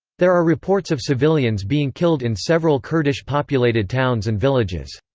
there are reports of civilians being killed in several kurdish-populated towns and villages.